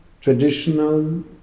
traditional